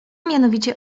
mianowicie